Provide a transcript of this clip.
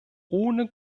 ohne